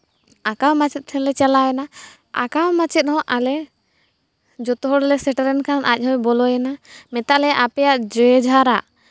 ᱟᱠᱟᱣ ᱢᱟᱪᱮᱫ ᱴᱷᱮᱱ ᱞᱮ ᱪᱟᱞᱟᱣᱮᱱᱟ ᱟᱸᱠᱟᱣ ᱢᱟᱪᱮᱫ ᱦᱚᱸ ᱟᱞᱮ ᱡᱚᱛᱚ ᱦᱚᱲᱞᱮ ᱥᱮᱴᱮᱨᱮᱱ ᱠᱷᱟᱱ ᱟᱡ ᱦᱚᱸᱭ ᱵᱚᱞᱚᱭᱮᱱᱟ ᱢᱮᱛᱟᱫ ᱞᱮᱭᱟᱭ ᱟᱯᱮᱭᱟᱜ ᱡᱮ ᱡᱷᱟᱨ ᱟᱜ